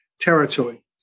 territory